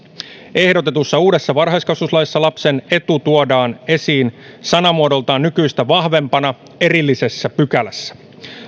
ehdotetussa uudessa varhaiskasvatuslaissa lapsen etu tuodaan esiin sanamuodoltaan nykyistä vahvempana erillisessä pykälässä